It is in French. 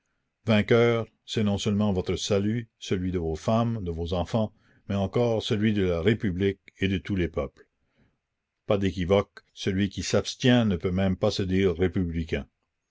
vainqueurs c'est non seulement votre salut celui de vos femmes de vos enfants mais encore celui de la république et de tous les peuples pas d'équivoque celui qui s'abstient ne peut même pas se dire républicain